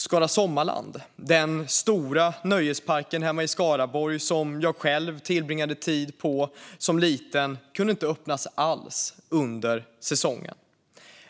Skara Sommarland, den stora nöjesparken hemma i Skaraborg som jag själv tillbringade tid på som liten, kunde inte öppna alls under säsongen.